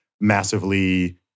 massively